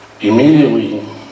Immediately